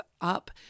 up